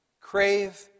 crave